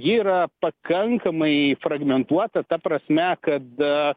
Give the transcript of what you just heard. yra pakankamai fragmentuota ta prasme kad